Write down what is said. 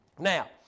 Now